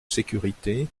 sécurité